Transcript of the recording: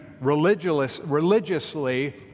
religiously